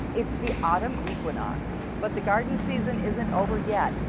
it's the autumn equinox, but the garden season isn't over yet.